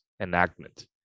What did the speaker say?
enactment